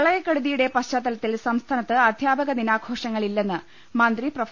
പ്രളയക്കെടുതിയുടെ പശ്ചാത്തലത്തിൽ സംസ്ഥാനത്ത് അധ്യാപക ദിനാഘോഷങ്ങൾ ഇല്ലെന്ന് മന്ത്രി പ്രൊഫ